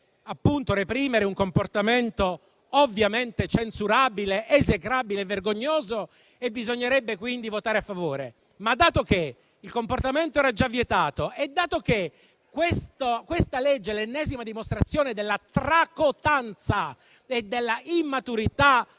dovrebbe reprimere un comportamento ovviamente censurabile, esecrabile e vergognoso, quindi bisognerebbe votare a favore; dato però che il comportamento era già vietato e che questa legge è l'ennesima dimostrazione della tracotanza e dell'immaturità